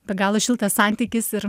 be galo šiltas santykis ir